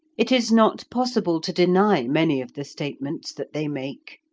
it is not possible to deny many of the statements that they make,